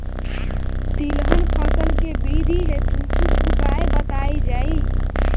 तिलहन फसल के वृद्धी हेतु कुछ उपाय बताई जाई?